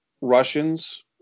Russians